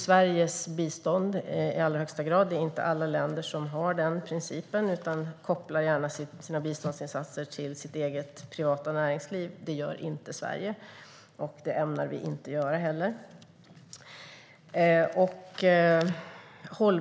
Sveriges bistånd är det i allra högsta grad. Alla länder har inte den principen utan kopplar gärna sina biståndsinsatser till sitt privata näringsliv. Det gör inte Sverige och ämnar inte heller göra.